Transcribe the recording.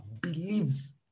believes